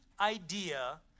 idea